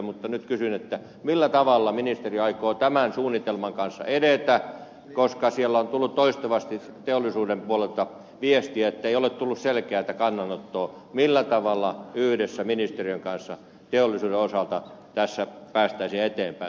mutta nyt kysyn millä tavalla ministeri aikoo tämän suunnitelman kanssa edetä koska on tullut toistuvasti teollisuuden puolelta viestiä että ei ole tullut selkeätä kannanottoa millä tavalla yhdessä ministeriön kanssa teollisuuden osalta tässä päästäisiin eteenpäin